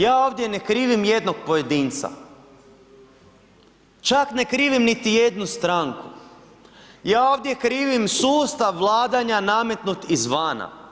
Ja ovdje ne krivim jednog pojedinca čak ne krivim niti jednu stranku, ja ovdje krivim sustav vladanja nametnut izvana.